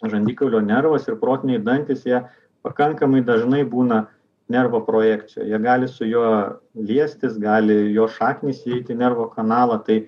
žandikaulio nervas ir protiniai dantys jie pakankamai dažnai būna nervo projekcijoj jie gali su jo liestis gali jo šaknys įeit į nervo kanalą tai